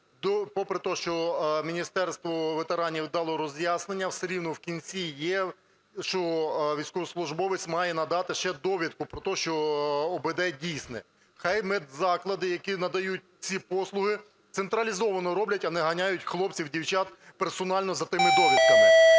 Попри те, що Міністерство ветеранів дало роз'яснення, все рівно в кінці є, що військовослужбовець має надати ще довідку про те, що УБД дійсне. Нехай медзаклади, які надають ці послуги, централізовано роблять, а не ганяють хлопців, дівчат персонально за тими довідками.